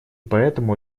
поэтому